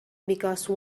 because